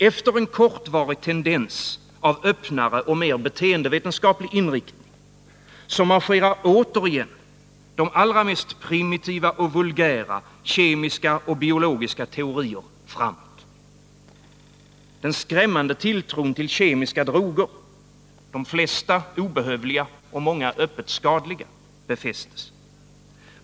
Efter en kortvarig tendens av öppnare och mer beteendevetenskap lig inriktning marscherar återigen de mest vulgära kemiska och biologiska Nr 22 teorier framåt. Den skrämmande tilltron till kemiska droger — de flesta Onsdagen den obehövliga och många öppet skadliga — befästes.